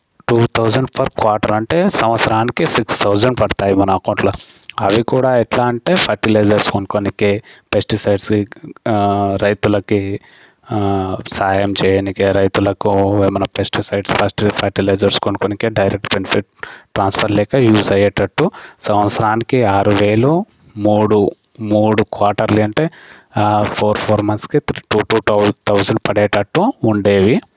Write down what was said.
two thousand for quarter అంటే సంవత్సరానికి six thousand పడతాయి మన అకౌంట్లో అవి కూడా ఎట్లా అంటే ఫెర్టిలైజర్స్ కొనుక్కోవడానికి పెస్టిసైడ్స్ రైతులకి సాయం చేయడానికి రైతులకు ఏవైనా పెస్టిసైడ్స్ ఫస్ట్ ఫర్టిలైజర్స్ కొనుక్కోనికె డైరెక్ట్ బెనిఫిట్ ట్రాన్స్ఫర్ లెక్క యూస్ అయ్యేటట్టు సంవత్సరానికి ఆరు వేలు మూడు మూడు క్వాటర్లీ అంటే ఫోర్ ఫోర్ మంత్స్కి టూ టూ థౌ థౌసండ్ పడేటట్టు ఉండేవి